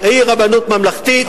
היא רבנות ממלכתית.